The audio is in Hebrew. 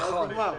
נכון.